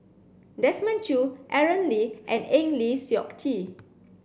Desmond Choo Aaron Lee and Eng Lee Seok Chee